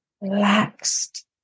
relaxed